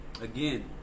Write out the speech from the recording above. again